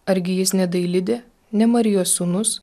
argi jis ne dailidė ne marijos sūnus